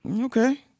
Okay